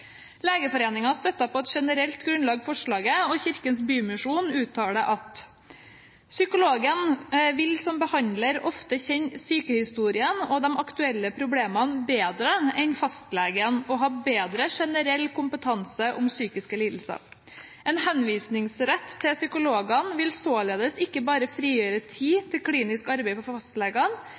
støtter på generelt grunnlag forslaget, og Kirkens Bymisjon uttaler at: «Psykologen vil som behandler ofte kjenne sykehistorien og de aktuelle problemene bedre enn fastlegen og ha bedre generell kompetanse om psykiske lidelser. En henvisningsrett til psykologene vil således ikke bare frigjøre tid til klinisk arbeid for fastlegene,